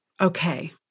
Okay